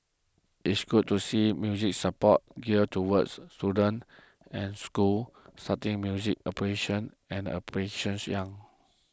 it's good to see music support geared towards students and schools starting music appreciation and application young